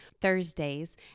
thursdays